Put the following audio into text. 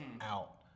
out